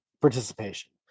participation